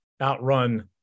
outrun